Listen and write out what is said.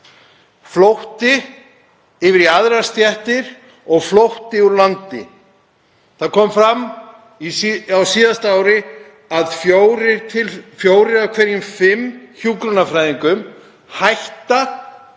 flótti yfir í aðrar stéttir og flótti úr landi. Það kom fram á síðasta ári að fjórir af hverjum fimm hjúkrunarfræðingum hætta störfum